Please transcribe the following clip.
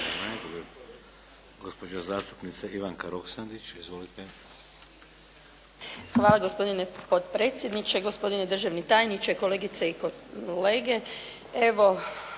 Hvala gospodine potpredsjedniče, gospodine državni tajniče, kolegice i kolege.